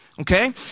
okay